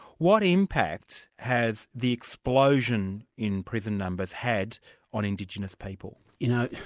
what impact has the explosion in prisoner numbers had on indigenous people? you know,